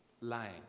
Lying